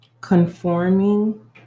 conforming